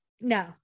No